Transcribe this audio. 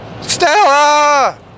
Stella